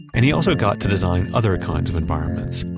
and he also got to design other kinds of environments.